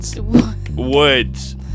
Woods